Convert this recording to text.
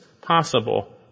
possible